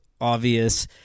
obvious